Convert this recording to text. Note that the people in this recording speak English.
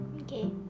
Okay